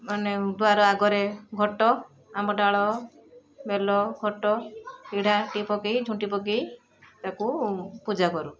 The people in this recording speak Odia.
ମାନେ ଦୁଆର ଆଗରେ ଘଟ ଆମ୍ବଡ଼ାଳ ବେଲ ଖଟ ପିଢ଼ାଟିଏ ପକାଇ ଝୁଣ୍ଟି ପକାଇ ତାକୁ ପୂଜା କରୁ